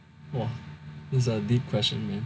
!wah! this is a deep question